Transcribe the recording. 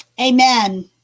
Amen